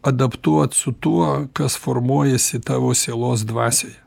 adaptuot su tuo kas formuojasi tavo sielos dvasioje